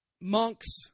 monks